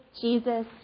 Jesus